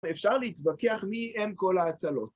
אפשר להתווכח מי אם כל ההצלות.